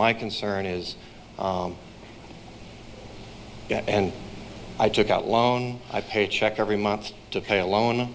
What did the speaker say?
my concern is and i took out loan i pay check every month to pay a loan